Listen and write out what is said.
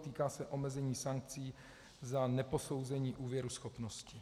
Týká se omezení sankcí za neposouzení úvěruschopnosti.